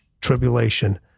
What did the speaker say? tribulation